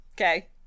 okay